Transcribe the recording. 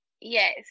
yes